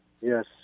Yes